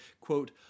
quote